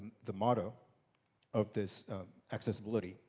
the motto of this accessibility,